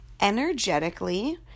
energetically